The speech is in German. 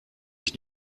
ich